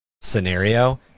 scenario